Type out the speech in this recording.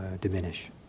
diminish